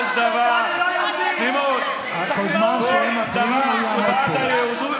תראה מה שהוא עושה לנו, לעם,